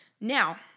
now